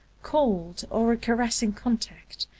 cold or a caressing contact,